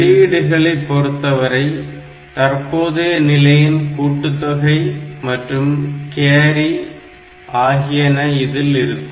வெளியீடுகளை பொறுத்தவரை தற்போதைய நிலையின் கூட்டுத்தொகை மற்றும் கேரி ஆகியன இதில் இருக்கும்